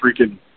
freaking